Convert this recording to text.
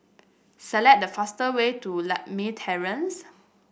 select the fastest way to Lakme Terrace